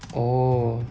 oh